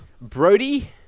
Brody